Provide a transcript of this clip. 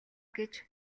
гэж